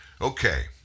okay